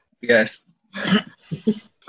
Yes